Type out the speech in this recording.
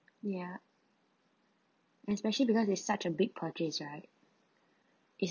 ya especially because with such a big purchase right it's